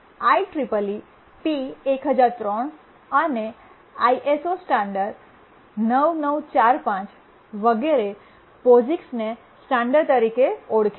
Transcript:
IEEE P 1003 અને ISO standard 9945 વગેરે પોસિક્સને સ્ટાન્ડર્ડ તરીકે ઓળખે છે